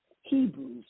Hebrews